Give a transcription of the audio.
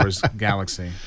galaxy